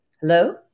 hello